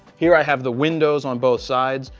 here i have the windows on both sides,